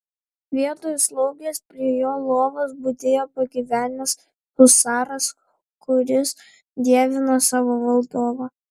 vietoj slaugės prie jo lovos budėjo pagyvenęs husaras kuris dievino savo valdovą